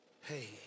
hey